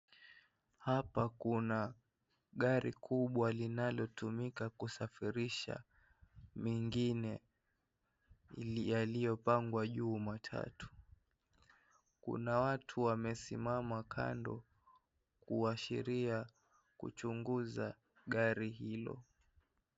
Hapa kuna gari kubwa linalotumika kusafirisha mengine yaliyopangwa juu matatu, kuna watu wamesimama kando kuashiria kuchunguza gari hilo.